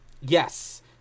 Yes